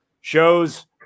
shows